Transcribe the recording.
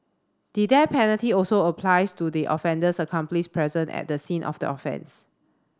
the death penalty also applies to the offender's accomplice present at the scene of the offence